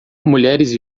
mulheres